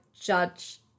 judge